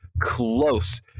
close